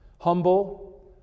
humble